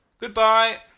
good-bye